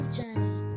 journey